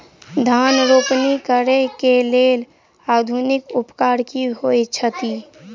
धान रोपनी करै कऽ लेल आधुनिक उपकरण की होइ छथि?